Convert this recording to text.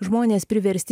žmonės priversti